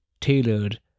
tailored